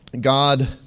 God